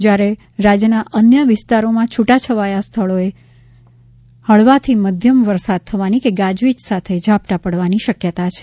જ્યારે રાજ્યના અન્ય વિસ્તારોમાં છૂટા છવાયા સ્થળોએ હળવાથી મધ્યમ વરસાદ થવાની કે ગાજવીજ સાથે ઝાપટાં પડવાની શકયતા છે